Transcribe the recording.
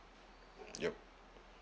yup